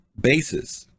bases